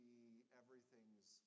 everything's